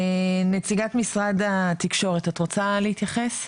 נציגת משרד התקשורת, את רוצה להתייחס?